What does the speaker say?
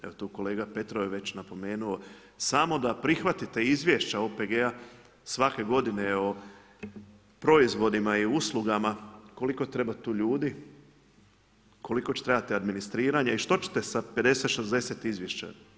Evo tu kolega Petrov je već napomenuo, samo da prihvatite izvješća OPG-a svake godine o proizvodima i uslugama, koliko treba tu ljudi, koji će trebati administriranja i što ćete sa 50, 60 izvješća?